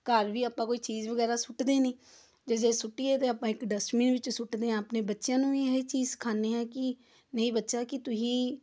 ਘਰ ਵੀ ਆਪਾਂ ਕੋਈ ਚੀਜ਼ ਵਗੈਰਾ ਸੁੱਟਦੇ ਨਹੀਂ ਅਤੇ ਜੇ ਸੁੱਟੀਏ ਤਾਂ ਆਪਾਂ ਇੱਕ ਡਸਟਬੀਨ ਵਿੱਚ ਸੁੱਟਦੇ ਹਾਂ ਆਪਣੇ ਬੱਚਿਆਂ ਨੂੰ ਵੀ ਇਹ ਚੀਜ਼ ਸਿਖਾਉਂਦੇ ਹਾਂ ਕਿ ਨਹੀਂ ਬੱਚਾ ਕਿ ਤੁਸੀਂ